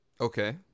okay